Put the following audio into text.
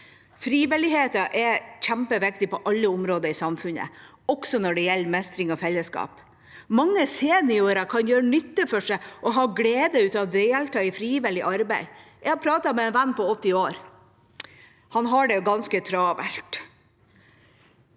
Frivilligheten er kjempeviktig på alle områder i samfunnet, også når det gjelder mestring og fellesskap. Mange seniorer kan gjøre nytte for seg og ha glede av å delta i frivillig arbeid. Jeg pratet med en venn på 80 år. Han har det ganske travelt.